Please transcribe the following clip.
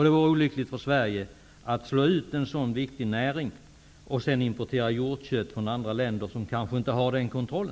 Det vore olyckligt för Sverige om en sådan viktig näring slogs ut och man sedan fick importera hjortkött från andra länder som kanske inte har den kontrollen.